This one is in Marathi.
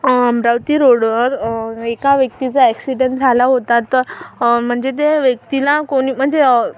अमरावती रोडवर एका व्यक्तीचा ॲक्सिडेंट झाला होता तर म्हणजे त्या व्यक्तीला कोणी म्हणजे